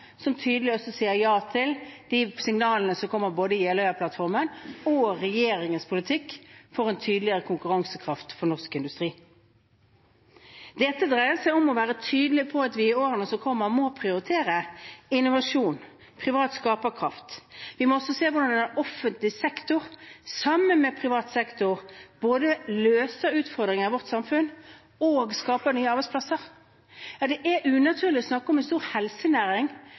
som tydelig sier ja til signalene i både Jeløya-plattformen og regjeringens politikk om en tydeligere konkurransekraft for norsk industri. Det dreier seg om å være tydelig på at vi i årene som kommer, må prioritere innovasjon og privat skaperkraft. Vi må også se på hvordan offentlig sektor sammen med privat sektor både løser utfordringer i vårt samfunn og skaper nye arbeidsplasser. Det er unaturlig å snakke om en stor helsenæring